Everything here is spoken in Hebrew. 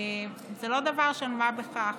זה לא דבר של מה בכך,